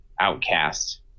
outcast